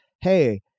hey